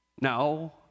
No